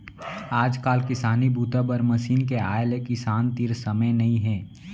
आजकाल किसानी बूता बर मसीन के आए ले किसान तीर समे नइ हे